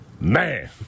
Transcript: Man